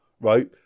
right